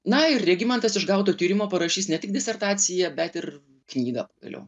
na ir regimantas iš gauto tyrimo parašys ne tik disertaciją bet ir knygą pagaliau